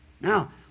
Now